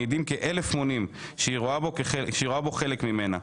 מעידים כאלף מונים שהיא רואה בו חלק ממנה.